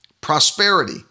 prosperity